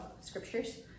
scriptures